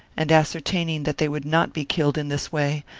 and ascertaining that they would not be killed in this way,